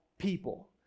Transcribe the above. people